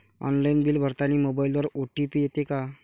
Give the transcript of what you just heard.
Online bill भरतानी मोबाईलवर OTP येते का?